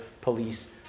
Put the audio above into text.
police